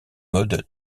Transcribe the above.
mode